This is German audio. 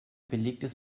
belegtes